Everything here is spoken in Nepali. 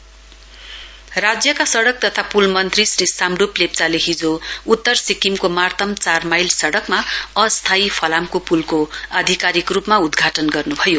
ब्रिज इनोगुरेशन राज्यका सडक तथा प्ल मन्त्री श्री सामड्प लेप्चाले हिजो उतर सिक्किमको मार्तम चार माईल सडकमा अस्थाई फलामको पुलको आधिकारिक रूपमा उद्घाटन गरियो